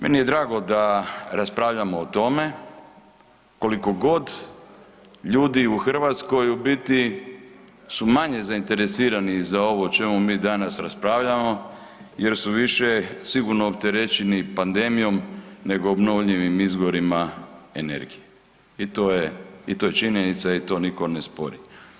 Meni je drago da raspravljamo o tome koliko god ljudi u Hrvatskoj u biti su manje zainteresirani za ovo o čemu mi danas raspravljamo jer su više sigurno opterećeni pandemijom nego obnovljivim izvorima energije i to je činjenica i to nitko ne spori.